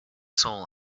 soul